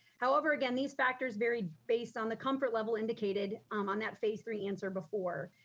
however, again, these factors varied based on the comfort level indicated um on that phase three answer before.